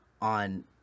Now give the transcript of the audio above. on